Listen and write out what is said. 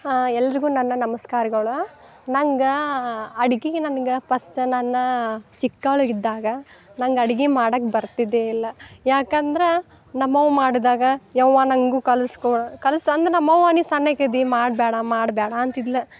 ಎಲ್ಲರಿಗು ನನ್ನ ನಮಸ್ಕಾರಗಳು ನನಗೆ ಅಡಿಗೆ ನನ್ಗೆ ಪಸ್ಟ್ ನನ್ನ ಚಿಕ್ಕವ್ಳು ಇದ್ದಾಗ ನಂಗೆ ಅಡ್ಗಿ ಮಾಡಕ್ಕೆ ಬರ್ತಿದ್ದೇಯಿಲ್ಲ ಯಾಕಂದ್ರೆ ನಮ್ಮವ ಮಾಡಿದಾಗ ಯವ್ವ ನನಗೂ ಕಲ್ಸ್ಕೊ ಕಲ್ಸು ಅಂದ್ರೆ ನಮ್ಮವ್ವ ನೀ ಸನ್ನಕಿದಿ ಮಾಡ್ಬ್ಯಾಡ ಮಾಡ್ಬ್ಯಾಡಾಂತಿದ್ಲ